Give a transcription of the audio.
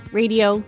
radio